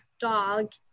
dog